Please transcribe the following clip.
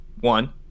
one